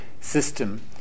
system